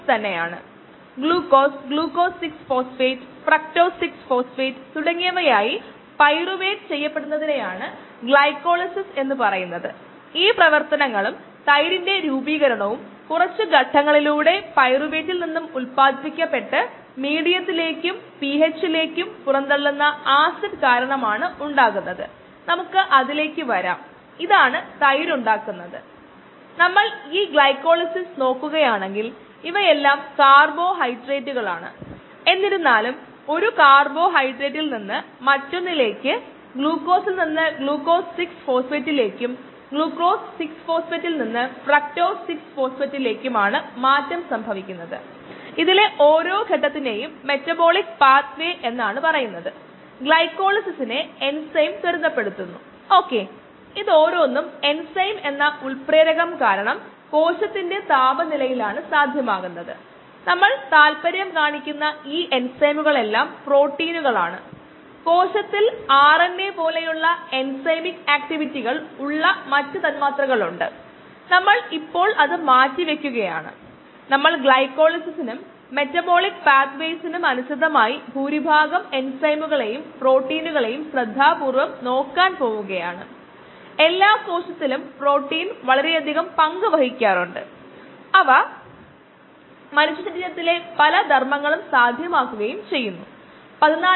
എന്താണ് അറിയപ്പെടുന്നത് അല്ലെങ്കിൽ നൽകിയിട്ടുള്ളത് വ്യത്യസ്ത ഇൻഹിബിറ്റർ സാന്ദ്രതകളിലെ V m K m എന്നീ മൈക്കിളിസ് മെന്റൻ പാരാമീറ്ററുകളിലെ ഡാറ്റ നൽകിയിരിക്കുന്നു നൽകിയിരിക്കുന്നവയുമായി എങ്ങനെ ബന്ധിപ്പിക്കാം